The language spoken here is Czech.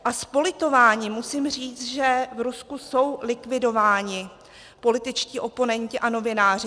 A s politováním musím říct, že v Rusku jsou likvidováni političtí oponenti a novináři.